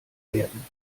werden